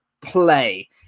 play